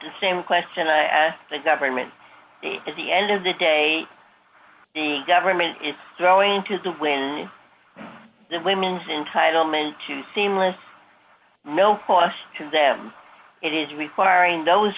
the same question as the government at the end of the day the government is going to win the women's entitlement to seamless no cost to them it is requiring those